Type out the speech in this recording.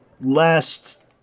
last